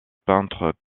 peintre